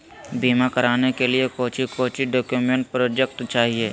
बीमा कराने के लिए कोच्चि कोच्चि डॉक्यूमेंट प्रोजेक्ट चाहिए?